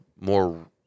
more